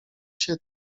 się